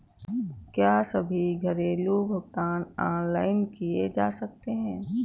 क्या सभी घरेलू भुगतान ऑनलाइन किए जा सकते हैं?